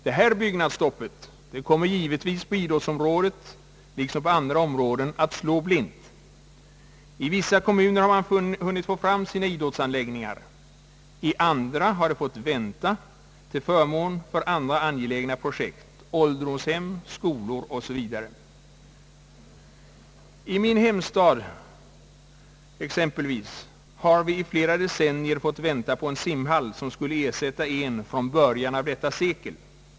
Detta byggnadsstopp kommer på idrottens område liksom på andra områden att slå blint. I vissa kommuner har man hunnit få fram sina idrottsanläggningar. I andra har det fått vänta till förmån för andra angelägna projekt såsom skolor, ålderdomshem o. s. v. I min hemstad exempelvis har vi flera decennier fått vänta på en simhall som skulle ersätta en från början av detta sekel.